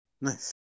Nice